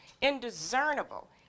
indiscernible